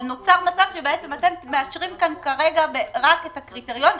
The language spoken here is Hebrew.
אבל נוצר מצב שבעצם אתם מאשרים כאן כרגע רק את הקריטריון.